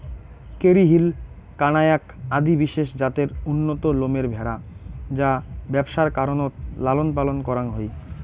Kerry Hill, কানায়াক আদি বিশেষ জাতের উন্নত লোমের ভ্যাড়া যা ব্যবসার কারণত লালনপালন করাং হই